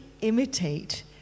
imitate